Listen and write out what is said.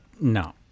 No